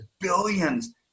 billions